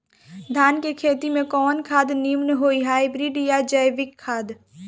धान के खेती में कवन खाद नीमन होई हाइब्रिड या जैविक खाद?